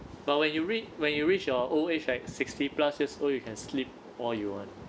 but when you read when you reach your old age right sixty plus years old you can sleep all you want